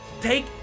Take